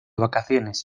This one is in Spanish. vacaciones